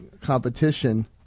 competition